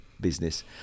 business